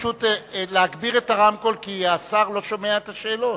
להגביר את הרמקול, השר לא שומע את השאלות.